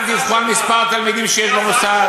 הם גם דיווחו על מספר התלמידים שיש במוסד